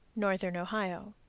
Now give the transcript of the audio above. northern ohio.